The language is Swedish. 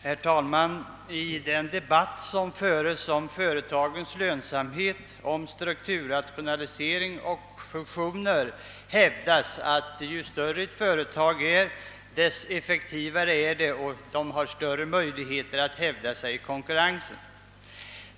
Herr talman! I den debatt som föres om företagens lönsamhet, om strukturrationalisering och fusioner hävdas att ju större ett företag är, desto effektivare är det och har större möjligheter att hävda sig i konkurrensen.